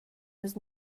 nus